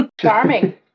Charming